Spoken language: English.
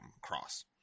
cross